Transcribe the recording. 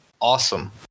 awesome